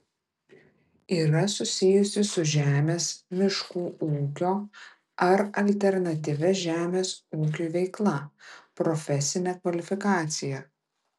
yra susijusi su žemės miškų ūkio ar alternatyvia žemės ūkiui veikla profesinę kvalifikaciją